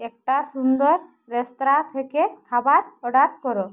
একটা সুন্দর রেস্তরাঁ থেকে খাবার অর্ডার করো